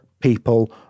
people